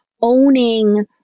owning